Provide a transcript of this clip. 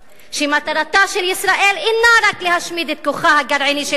שמטרתה של ישראל אינה רק להשמיד את כוחה הגרעיני של אירן,